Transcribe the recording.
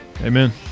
Amen